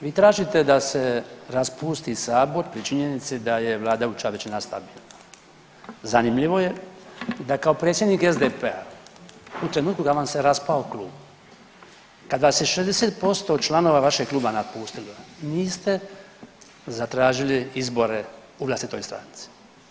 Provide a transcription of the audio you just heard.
Vi tražite da se raspusti sabor pri činjenici da je vladajuća većina stabilna, zanimljivo je da kao predsjednik SDP-a u trenutku kad vam se raspao klub, kad vas je 60% članova vašeg kluba napustilo niste zatražili izbore u vlastitoj stranici.